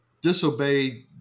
disobey